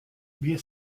wir